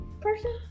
person